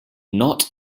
not